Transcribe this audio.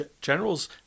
Generals